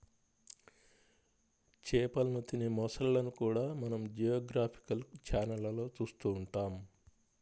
చేపలను తినే మొసళ్ళను కూడా మనం జియోగ్రాఫికల్ ఛానళ్లలో చూస్తూ ఉంటాం